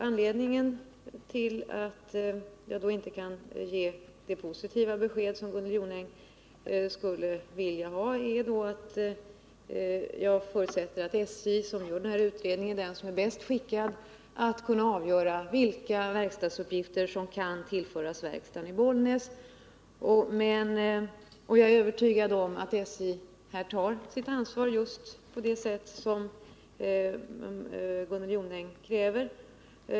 Anledningen till att jag inte kan ge det positiva besked som Gunnel Jonäng skulle vilja ha är att jag förutsätter att SJ, som gör den här utredningen, är bäst skickade att kunna avgöra vilka verkstadsuppgifter som kan tillföras verkstaden i Bollnäs. Jag är övertygad om att SJ tar sitt ansvar just på det sätt som Gunnel Jonäng kräver.